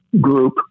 group